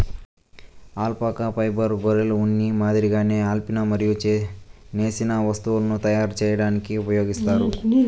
alpaca ఫైబర్ను గొర్రెల ఉన్ని మాదిరిగానే అల్లిన మరియు నేసిన వస్తువులను తయారు చేయడానికి ఉపయోగిస్తారు